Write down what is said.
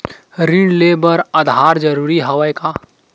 ऋण ले बर आधार जरूरी हवय का?